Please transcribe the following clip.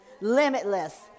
limitless